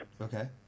Okay